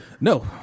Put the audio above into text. No